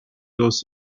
dos